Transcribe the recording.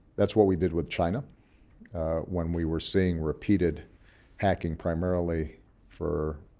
that's what we did with china when we were seeing repeated hacking primarily for